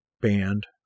band